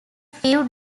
few